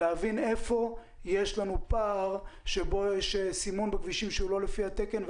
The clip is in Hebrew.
ננסה להבין איפה יש לנו פער של סימון בכבישים שהוא לא לפי התקן,